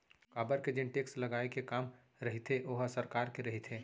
काबर के जेन टेक्स लगाए के काम रहिथे ओहा सरकार के रहिथे